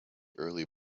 early